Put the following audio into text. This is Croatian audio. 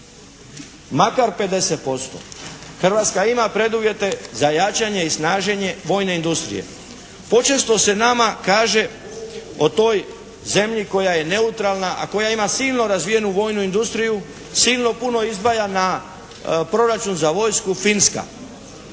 Makar 50%. Hrvatska ima preduvjete za jačanje i snaženje vojne industrije. Počesto se nama kaže o toj zemlji koja je neutralna, a koja ima sjajno razvijenu vojnu industriju, silno puno izdvaja za proračun za vojsku Finska.